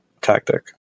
tactic